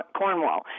cornwall